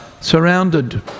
Surrounded